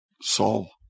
Saul